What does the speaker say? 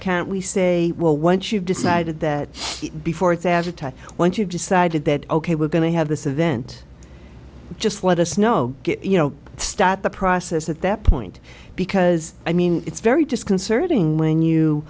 can't we say well once you've decided that before it's advertised once you've decided that ok we're going to have this event just let us know you know start the process at that point because i mean it's very disconcerting when